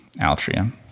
altria